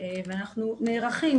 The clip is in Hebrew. ואנחנו נערכים.